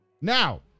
Now